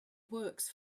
works